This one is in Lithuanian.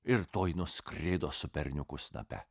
ir tuoj nuskrido su berniuku snape